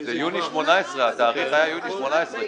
--- זה יוני 2018. התאריך היה יוני 2018,